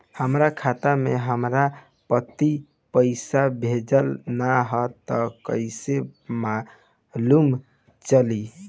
हमरा खाता में हमर पति पइसा भेजल न ह त कइसे मालूम चलि?